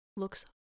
looks